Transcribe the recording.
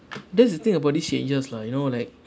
that's the thing about these changes lah you know like